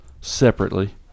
separately